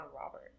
Robert